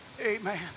Amen